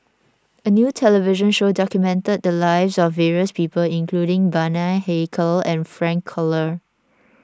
a new television show documented the lives of various people including Bani Haykal and Frank Cloutier